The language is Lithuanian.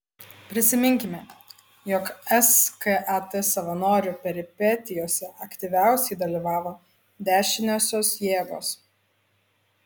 prisiminkime jog skat savanorių peripetijose aktyviausiai dalyvavo dešiniosios jėgos